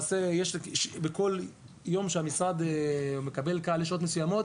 בכל יום שהמשרד מקבל קהל יש שעות מסוימות,